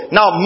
Now